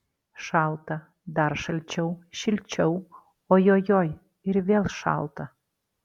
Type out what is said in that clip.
šalta dar šalčiau šilčiau ojojoi ir vėl šalta